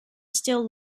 still